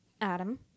adam